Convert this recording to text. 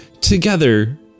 together